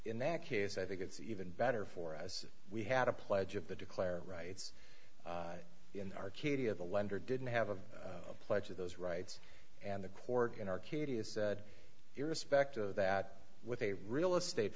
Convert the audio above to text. in that case i think it's even better for as we had a pledge of the declare rights in arcadia the lender didn't have a pledge of those rights and the court in arcadia said irrespective of that with a real estate